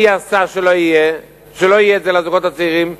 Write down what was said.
מי עשה שזה לא יהיה לזוגות הצעירים,